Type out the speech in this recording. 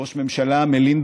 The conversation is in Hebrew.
ראש ממשלה המלין,